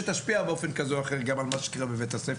והיא תשפיע באופן כזה או אחר גם על מה שיקרה בבית הספר.